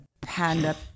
panda